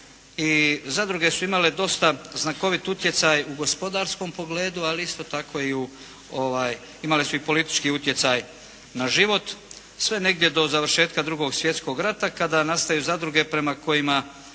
i zadruge su imale dosta znakovit utjecaj u gospodarskom pogledu ali isto tako imali su i politički utjecaj na život, sve negdje do završetka drugog svjetskog rata kada nastaju zadruge prema kojima